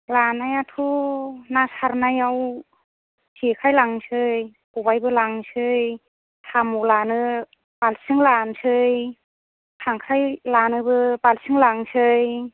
लानायाथ' ना सारनायाव जेखाइ लांनोसै ख'बाइबो लांनोसै साम' लानो बाल्थिं लानोसै खांख्राय लानोबो बाल्थिं लांनोसै